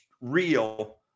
real